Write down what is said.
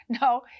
No